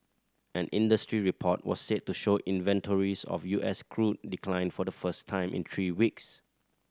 an industry report was said to show inventories of U S crude declined for the first time in three weeks